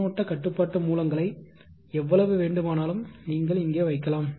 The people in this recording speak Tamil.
மின்னோட்ட கட்டுப்பாட்டு மூலங்களை எவ்வளவு வேண்டுமானாலும் நீங்கள் இங்கே வைக்கலாம்